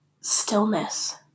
stillness